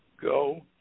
go